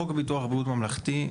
חוק ביטוח בריאות ממלכתי,